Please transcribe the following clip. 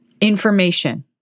information